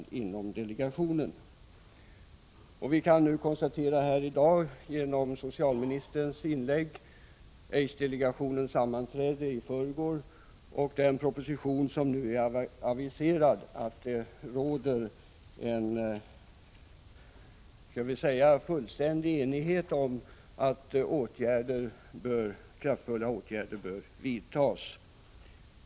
Genom socialministerns inlägg i dag kan vi nu konstatera att aidsdelegationen sammanträdde senast i förrgår och att det när det gäller den proposition som är aviserad råder fullständig enighet om att kraftfulla åtgärder bör vidtas.